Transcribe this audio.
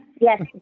yes